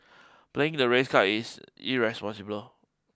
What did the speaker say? playing the race card is irresponsible